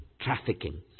trafficking